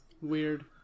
Weird